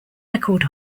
record